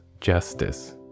justice